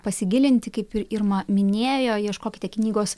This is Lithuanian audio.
pasigilinti kaip ir irma minėjo ieškokite knygos